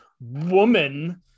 woman